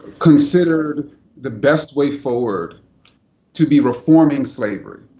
considered the best way forward to be reforming slavery.